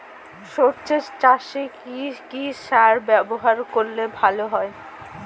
সর্ষে চাসে কি কি সার ব্যবহার করলে ভালো হয়?